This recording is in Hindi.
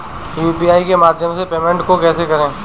यू.पी.आई के माध्यम से पेमेंट को कैसे करें?